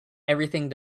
everything